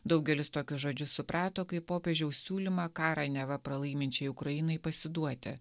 daugelis tokius žodžius suprato kaip popiežiaus siūlymą karą neva pralaiminčiai ukrainai pasiduoti